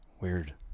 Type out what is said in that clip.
Weird